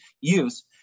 use